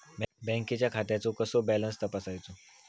बँकेच्या खात्याचो कसो बॅलन्स तपासायचो?